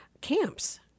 camps